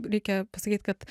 reikia pasakyt kad